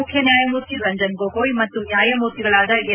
ಮುಖ್ಯ ನ್ವಾಯಮೂರ್ತಿ ರಂಜನ್ ಗೊಗೋಯ್ ಮತ್ತು ನ್ಯಾಯಮೂರ್ತಿಗಳಾದ ಎಸ್